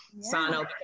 Sano